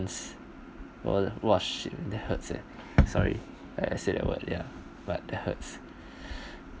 !wah! shit that hurts eh sorry I say that word ya but it hurts